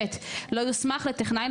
(ב)לא יוסמך לטכנאי,